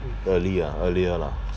early ah earlier lah